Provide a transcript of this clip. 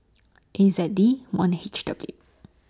A Z D one H W